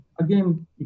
again